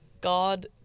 God